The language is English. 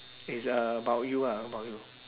is about you ah about you